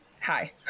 hi